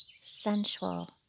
sensual